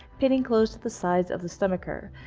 pinning closed at the sides of the stomacher.